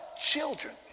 children